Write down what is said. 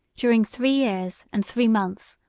during three years and three months,